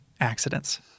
accidents